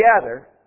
together